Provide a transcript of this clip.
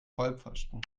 vollpfosten